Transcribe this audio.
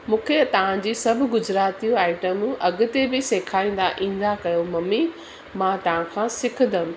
मूंखे तव्हांजी सभु गुजरातियूं आइटमूं अॻिते बि सेखारींदा ईंदा कयो ममी मां तव्हां खां सिखंदमि